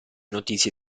notizie